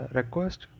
request